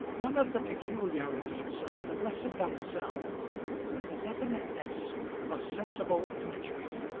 one of the peculiarities of the blessed damozel was a definiteness of sensible imagery,